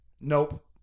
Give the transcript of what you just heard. Nope